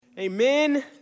Amen